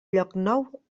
llocnou